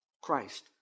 Christ